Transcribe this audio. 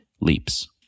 leaps